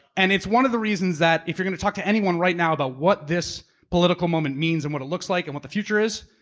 and it's one of the reasons that if you're gonna talk to anyone right now about what this political moment means and what it looks like, and what the future is,